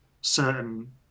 certain